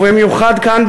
ובמיוחד כאן,